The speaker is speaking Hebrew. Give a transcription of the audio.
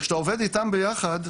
וכשאתה עובד איתם ביחד,